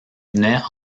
venait